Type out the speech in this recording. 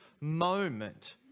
moment